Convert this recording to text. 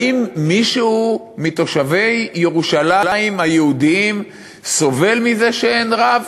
האם מישהו מתושבי ירושלים היהודים סובל מזה שאין רב?